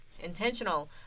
Intentional